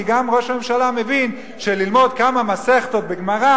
כי גם ראש הממשלה מבין שללמוד כמה מסכתות בגמרא